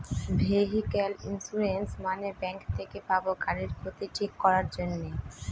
vehicle insurance মানে bank থেকে পাবো গাড়ির ক্ষতি ঠিক করাক জন্যে